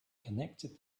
connected